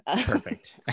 Perfect